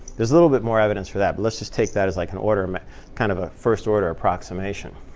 there's a little bit more evidence for that, but let's just take that as like an order and kind of a first order approximation.